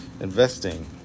investing